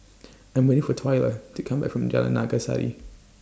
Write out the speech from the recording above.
I'm waiting For Twyla to Come Back from Jalan Naga Sari